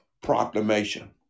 Proclamation